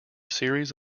series